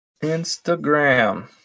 Instagram